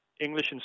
English